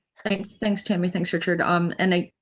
thanks. thanks, tammy. thanks, richard. um and i,